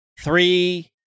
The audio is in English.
three